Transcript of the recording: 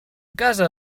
casa